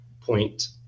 point